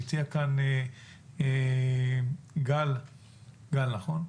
והציע כאן גל גל, נכון?